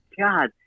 God